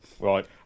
Right